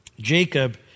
Jacob